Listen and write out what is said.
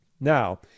now